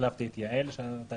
החלפתי את יעל שהכרת.